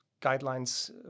guidelines